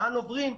לאן עוברים,